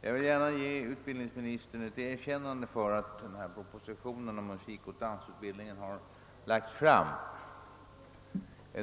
Jag vill gärna ge utbildningsministern ett erkännande för att denna proposition om musikoch dansutbildning har lagts fram.